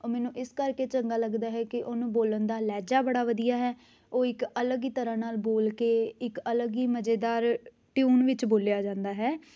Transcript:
ਉਹ ਮੈਨੂੰ ਇਸ ਕਰਕੇ ਚੰਗਾ ਲੱਗਦਾ ਹੈ ਕਿ ਉਹਨੂੰ ਬੋਲਣ ਦਾ ਲਹਿਜਾ ਬੜਾ ਵਧੀਆ ਹੈ ਉਹ ਇੱਕ ਅਲੱਗ ਹੀ ਤਰ੍ਹਾਂ ਨਾਲ ਬੋਲ ਕੇ ਇੱਕ ਅਲੱਗ ਹੀ ਮਜ਼ੇਦਾਰ ਟਿਊਨ ਵਿੱਚ ਬੋਲਿਆ ਜਾਂਦਾ ਹੈ